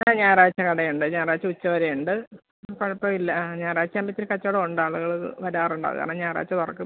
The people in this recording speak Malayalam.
അ ഞായറാഴ്ച്ച കടയുണ്ട് ഞായറാഴ്ച്ച ഉച്ച വരെ ഉണ്ട് കുഴപ്പം ഇല്ല ആ ഞായറാഴ്ച്ച ആവുമ്പം ഇത്തിരി കച്ചവടം ഉണ്ട് ആളുകൾ വരാറുണ്ട് അത് കാരണം ഞായറാഴ്ച്ച തുറക്കും